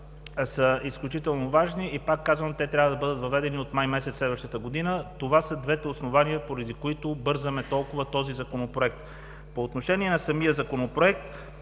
са изключително важни и трябва да бъдат въведени от месец май следващата година. Това са двете основания, поради които бързаме толкова с този Законопроект. По отношение на самия Законопроект,